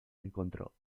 encontró